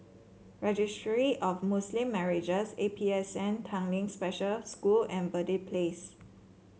Registry of Muslim Marriages A P S N Tanglin Special School and Verde Place